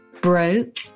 broke